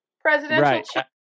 presidential